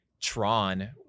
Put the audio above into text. Tron